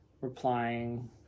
replying